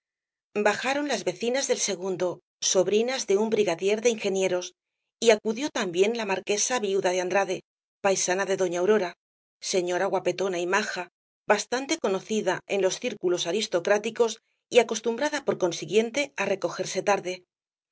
bajaron las vecinas del segundo sobrinas de un brigadier de ingenieros y acudió también la marquesa viuda de andrade paisana de doña aurora señora guapetona y maja bastante conocida en los círculos aristocráticos y acostumbrada por consiguiente á recogerse tarde